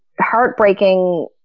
heartbreaking